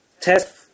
test